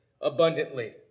abundantly